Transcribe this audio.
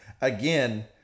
Again